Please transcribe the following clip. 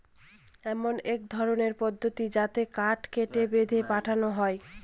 এমন এক ধরনের পদ্ধতি যাতে কাঠ কেটে, বেঁধে পাঠানো হয়